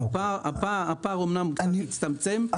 הפער אומנם הצטמצם, אבל הוא קיים.